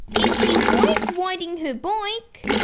and she likes riding her bike